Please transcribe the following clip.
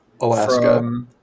Alaska